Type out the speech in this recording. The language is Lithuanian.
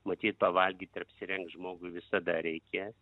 matyt pavalgyt ir apsirengt žmogui visada reikės